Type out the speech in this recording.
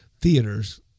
theaters